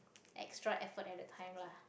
extra effort at the time lah